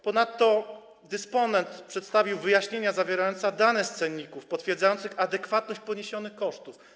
Ponadto dysponent przedstawił wyjaśnienia zawierające dane z cenników potwierdzające adekwatność poniesionych kosztów.